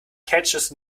catches